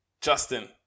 Justin